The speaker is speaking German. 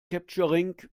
capturing